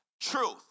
truth